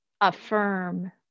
affirm